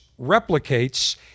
replicates